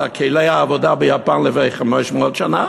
העבודה ביפן לפני 500 שנה